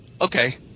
Okay